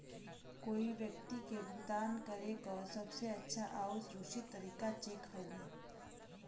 कोई व्यक्ति के भुगतान करे क सबसे अच्छा आउर सुरक्षित तरीका चेक हउवे